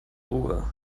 ruhe